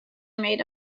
made